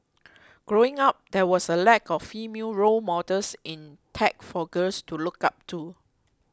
growing up there was a lack of female role models in tech for girls to look up to